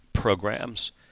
programs